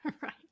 Right